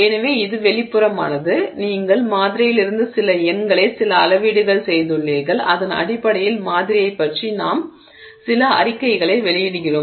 எனவே இது வெளிப்புறமானது எனவே நீங்கள் மாதிரியிலிருந்து சில எண்களை சில அளவீடுகள் செய்துள்ளீர்கள் அதன் அடிப்படையில் மாதிரியைப் பற்றி நாங்கள் சில அறிக்கைகளை வெளியிடுகிறோம்